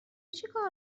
چیکار